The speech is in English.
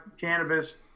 cannabis